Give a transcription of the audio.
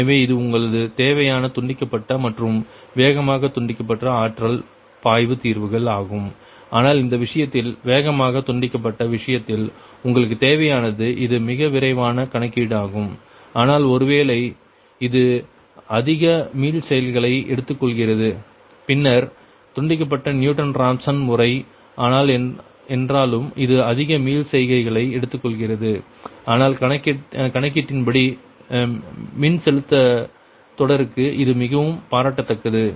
எனவே இது உங்களது தேவையான துண்டிக்கப்பட்ட மற்றும் வேகமாக துண்டிக்கப்பட்ட ஆற்றல் பாய்வு தீர்வுகள் ஆகும் ஆனால் இந்த விஷயத்தில் வேகமாக துண்டிக்கப்பட்ட விஷயத்தில் உங்களுக்கு தேவையானது இது மிக விரைவான கணக்கீடு ஆகும் ஆனால் ஒருவேளை இது அதிக மீளச்செய்கைகளை எடுத்துக்கொள்கிறது பின்னர் துண்டிக்கப்பட்ட நியூட்டன் ராப்சன் முறை ஆனால் என்றாலும் இது அதிக மீளச்செய்கைகளை எடுத்துக்கொள்கிறது ஆனால் கணக்கீட்டின்படி மின்செலுத்தத் தொடருக்கு இது மிகவும் பாராட்டத்தக்கது